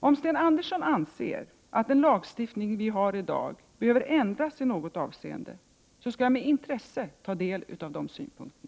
Om Sten Andersson anser att den lagstiftning vi i dag har behöver ändras i något avseende, skall jag med intresse ta del av dessa synpunkter.